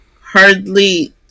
hardly